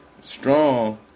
strong